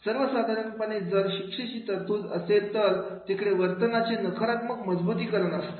सर्वसाधारणपणे जर शिक्षेची तरतूद असेल तर तिकडे वर्तनाचे नकारात्मक मजबुतीकरण असते